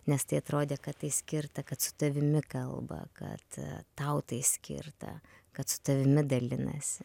nes tai atrodė kad tai skirta kad su tavimi kalba kad tau tai skirta kad su tavimi dalinasi